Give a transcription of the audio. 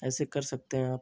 ऐसे कर सकते हैं आप